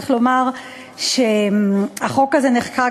צריך לומר שהחוק הזה נחקק,